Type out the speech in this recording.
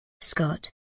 Scott